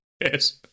Yes